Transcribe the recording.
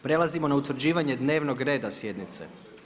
Prelazimo na utvrđivanje dnevnog reda sjednice.